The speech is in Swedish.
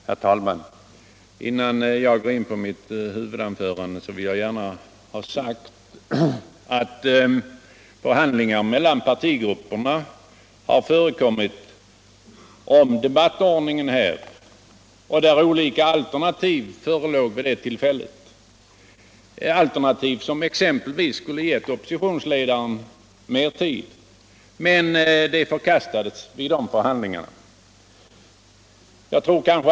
Herr talman! Innan jag går in på mitt egentliga anförande vill jag gärna säga att det förekommit förhandlingar mellan partigrupperna om debattordningen. Vid dessa förhandlingar fördes det fram olika alternativ, som skulle ha gett oppositionsledaren mer tid i debatten. Dessa alternativ förkastades emellertid.